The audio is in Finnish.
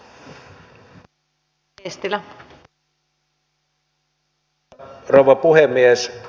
arvoisa rouva puhemies